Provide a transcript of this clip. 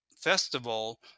festival